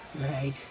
Right